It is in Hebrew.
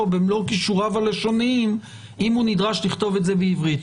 במלואו כישוריו הלשוניים אם הוא נדרש לכתוב את זה בעברית.